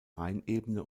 rheinebene